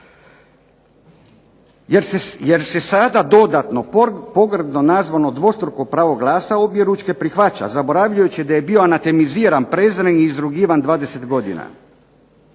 jer se sada dodatno pogrdno nazvano dvostruko pravo glasa objeručke prihvaća, zaboravljajući da je bio …/Ne razumije se./… prezren i izrugivan 20 godina.